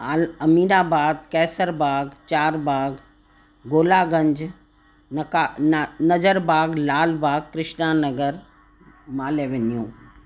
अ अमीनाबाद कैसरबाग चारबाग गोलागंज नका न Nazarbagh Lalbagh Krishna Nagar Mall Avenue